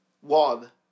one